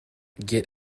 get